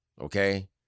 okay